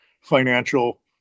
financial